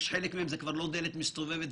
ואדוני יודע שפיננסים לא דומה לשום דבר אחר.